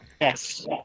Yes